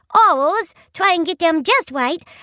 oh's, try and get them just right,